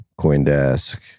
Coindesk